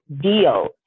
deal